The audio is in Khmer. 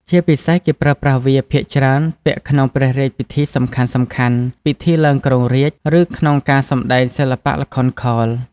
ជាពិសេសគេប្រើប្រាស់វាភាគច្រើនពាក់ក្នុងព្រះរាជពិធីសំខាន់ៗ ពិធីឡើងគ្រងរាជ្យ ឬក្នុងការសម្តែងសិល្បៈល្ខោនខោល។